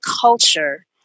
culture